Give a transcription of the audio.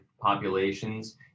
populations